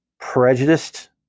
prejudiced